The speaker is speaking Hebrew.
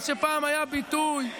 מה שפעם היה ביטוי.